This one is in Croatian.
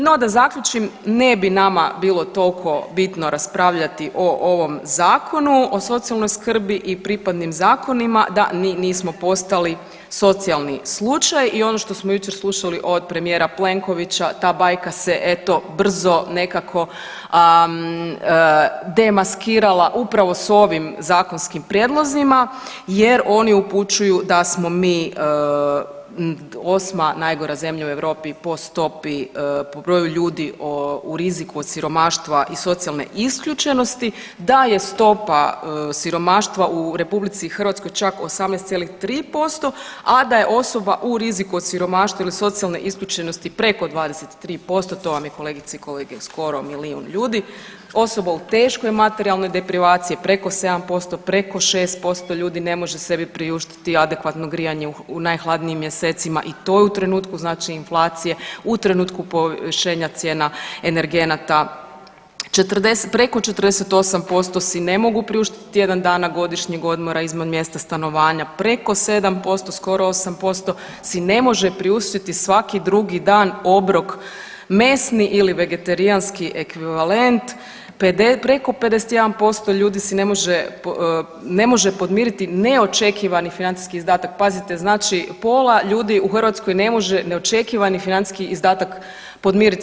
No, da zaključim, ne bi nama bilo tolko bitno raspravljati o ovom Zakonu o socijalnoj skrbi i pripadnim zakonima da nismo postali socijalni slučaj i ono što smo jučer slušali od premijera Plenkovića, ta bajka se, eto, brzo nekako demaskirala upravo s ovim zakonskim prijedlozima jer oni upućuju da smo mi 8. najgora zemlja u Europi po stopi, po broju ljudi u riziku od siromaštva i socijalne isključenosti, da je stopa siromaštva u RH čak 18,3%, a da je osoba u riziku od siromaštva ili socijalne isključenosti preko 23%, to vam je, kolegice i kolege, skoro milijun ljudi, osoba u teškoj materijalnoj deprivaciji je preko 7%, preko 6% ljudi ne može sebi priuštiti adekvatno grijanje u najhladnijim mjesecima i to je u trenutku znači inflacije, u trenutku povišenja cijena energenata, preko 48% si ne mogu priuštiti tjedan dana godišnjeg odmora izvan mjesta stanovanja, preko 7%, skoro 8% si ne može priuštiti svaki drugi dan obrok mesni ili vegetarijanski ekvivalent, preko 51% si ne može, ne može pomiriti neočekivani financijski izdatak, pazite znači polja ljudi u Hrvatskoj ne može neočekivani izdatak podmiriti.